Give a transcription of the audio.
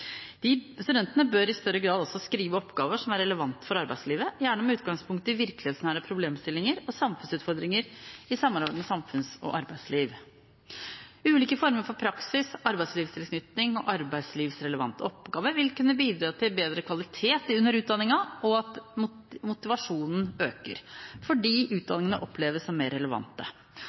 meldingen. Studentene bør i større grad også skrive oppgaver som er relevante for arbeidslivet, gjerne med utgangspunkt i virkelighetsnære problemstillinger og samfunnsutfordringer i samarbeid med samfunns- og arbeidsliv. Ulike former for praksis, arbeidslivstilknytning og arbeidslivsrelevante oppgaver vil kunne bidra til bedre kvalitet i utdanningen og at motivasjonen øker, fordi utdanningene oppleves som mer relevante.